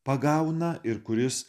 pagauna ir kuris